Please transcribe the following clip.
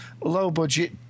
low-budget